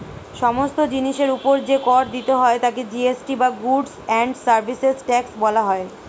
সমস্ত জিনিসের উপর যে কর দিতে হয় তাকে জি.এস.টি বা গুডস্ অ্যান্ড সার্ভিসেস ট্যাক্স বলা হয়